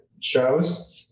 shows